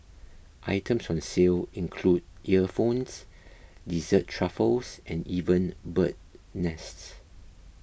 items on sale include earphones dessert truffles and even bird's nest